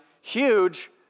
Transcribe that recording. huge